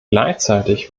gleichzeitig